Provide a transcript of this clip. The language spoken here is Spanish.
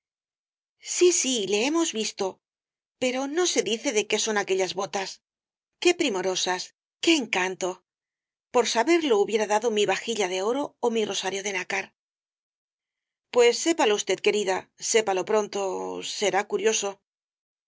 sí sí le hemos visto pero no se dice de qué son aquellas botas qué primorosas qué encanto por saberlo hubiera dado mi vajilla de oro ó mi rosario de nácar rosalía de castro pues sépalo usted querida sépalo pronto será curioso